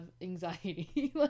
anxiety